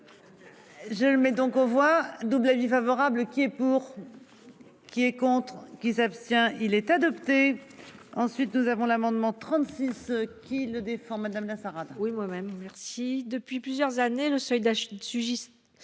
Je le mets donc aux voix double avis favorable qui est pour. Qui est contre qui s'abstient il est adopté. Ensuite, nous avons l'amendement 36, qui le défend Madame Lazard a trouvé moi même. Si depuis plusieurs années le seuil d'acheter